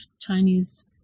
Chinese